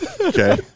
okay